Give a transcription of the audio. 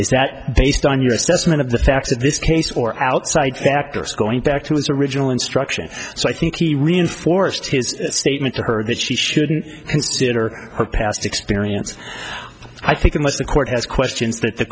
is that based on your assessment of the facts of this case or outside factors going back to his original instructions so i think the reinforced his statement to her that she shouldn't consider her past experience i think unless the court has questions that the